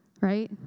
right